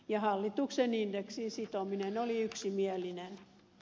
hallitus oli indeksiin sitomisesta yksimielinen